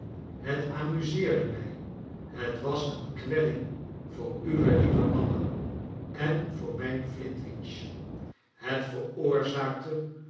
het amuseerde mij het was een kwelling voor uwe lieve mama en voor mijn flintwinch het veroorzaakte